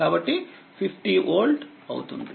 కాబట్టి 50వోల్ట్ అవుతుంది